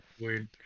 Weird